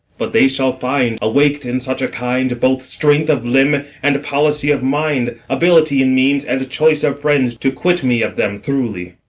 but they shall find, awak'd in such a kind, both strength of limb and policy of mind, ability in means and choice of friends, to quit me of them throughly.